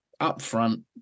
upfront